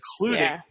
including